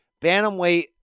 Bantamweight